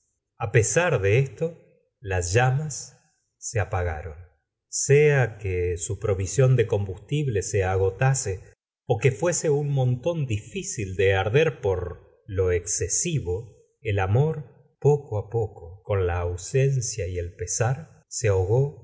a pesar de esto las llamas se apagaron sea que su provisión de combustible se agotase que fuese un montón difícil de arder por lo excesivo el amor poco poco con la ausencia y el pesar se ahogó